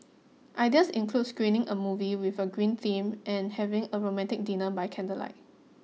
ideas include screening a movie with a green theme and having a romantic dinner by candlelight